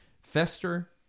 Fester